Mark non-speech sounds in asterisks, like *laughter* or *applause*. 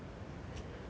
*noise* ah then